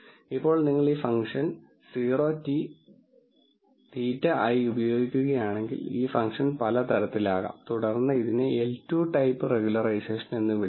ഇപ്പോൾ നിങ്ങൾ ഈ ഫംഗ്ഷൻ θT θ ആയി ഉപയോഗിക്കുകയാണെങ്കിൽ ഈ ഫംഗ്ഷൻ പല തരത്തിലാകാം തുടർന്ന് ഇതിനെ L2 ടൈപ്പ് റെഗുലറൈസേഷൻ എന്ന് വിളിക്കുന്നു